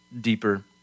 deeper